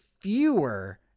fewer